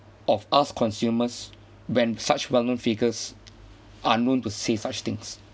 of us consumers when such well-known figures are known to say such things